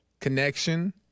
connection